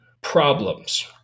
problems